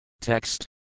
Text